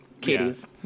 Katie's